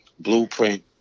blueprint